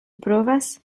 provas